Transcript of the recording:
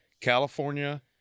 California